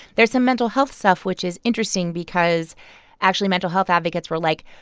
there's some mental health stuff, which is interesting because actually, mental health advocates were like,